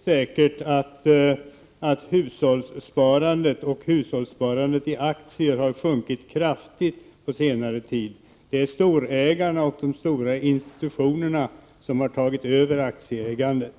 Se ; Herr talman! Per Westerberg vet säkert att hushållssparandet och , GERE: SINAER ae ä 2 B så av aktier m.m. sparandet i aktier har sjunkit kraftigt på senare tid. Det är storägarna och de stora institutionerna som har tagit över aktieägandet.